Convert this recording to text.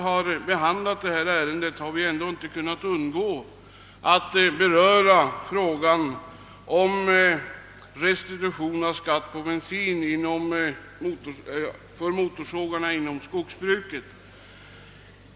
Men utskottet har ändå inte kunnat undgå att beröra frågan om restitution av skatt på bensin till motorsågar inom skogsbruket.